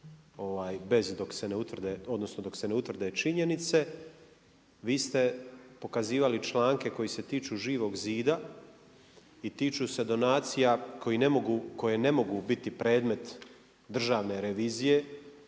dok se ne utvrde činjenice vi ste pokazivali članke koji se tiču Živog zida i tiču se donacija koje ne mogu biti predmet Državne revizije